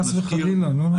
חס וחלילה, לא, לא.